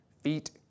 feet